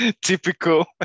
typical